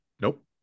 Nope